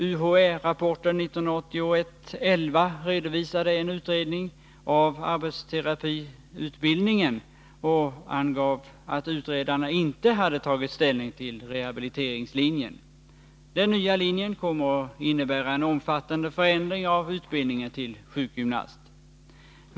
UHÄ-rapporten 1981:11 redovisade en utredning av arbetsterapiutbildningen och angav att utredarna inte hade tagit ställning till rehabiliteringslinjen. Den nya linjen kommer att innebära en omfattande förändring av utbildningen till sjukgymnast.